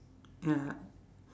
ya